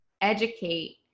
educate